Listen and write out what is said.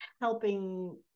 Helping